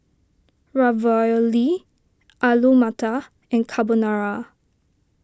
Ravioli Alu Matar and Carbonara